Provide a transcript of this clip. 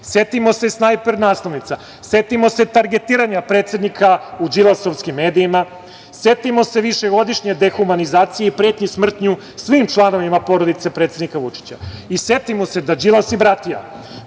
Setimo se snajper naslovnica. Setimo se targetiranja predsednika u đilasovskim medijima. Setimo se višegodišnje dehumanizacije i pretnji smrću svim članovima porodice predsednika Vučića. Setimo se da Đilas i bratija